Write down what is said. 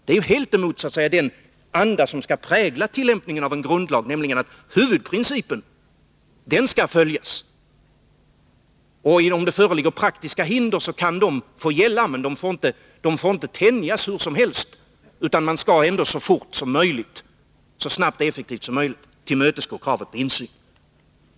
Det är helt emot den anda som skall prägla tillämpningen av en grundlag, nämligen att huvudprincipen skall följas. Om det föreligger praktiska hinder kan de få gälla, men de får inte tänjas hur som helst, utan man skall ändå så snabbt och effektivt som möjligt tillmötesgå kravet på insyn.